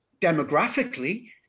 demographically